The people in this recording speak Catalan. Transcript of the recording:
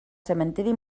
cementeri